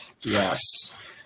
yes